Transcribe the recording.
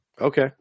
Okay